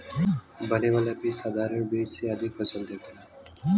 बने वाला बीज साधारण बीज से अधिका फसल देवेला